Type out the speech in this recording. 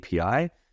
API